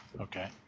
Okay